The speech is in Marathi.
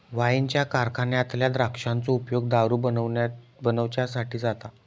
वाईनच्या कारखान्यातल्या द्राक्षांचो उपयोग दारू बनवच्यासाठी जाता